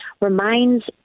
reminds